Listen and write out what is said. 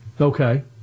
Okay